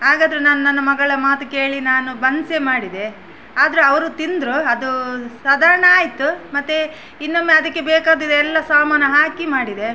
ಹಾಗಾದರೆ ನಾನು ನನ್ನ ಮಗಳ ಮಾತು ಕೇಳಿ ನಾನು ಬನ್ಸೇ ಮಾಡಿದೆ ಆದರು ಅವರು ತಿಂದರು ಅದು ಸಾಧಾರಣ ಆಯಿತು ಮತ್ತೆ ಇನ್ನೊಮ್ಮೆ ಅದಕ್ಕೆ ಬೇಕಾದದ್ದೆಲ್ಲ ಸಾಮಾನು ಹಾಕಿ ಮಾಡಿದೆ